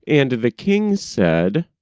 and the king said,